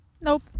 nope